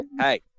hey